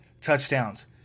touchdowns